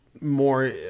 more